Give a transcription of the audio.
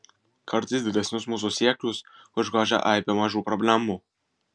kartais didesnius mūsų siekius užgožia aibė mažų problemų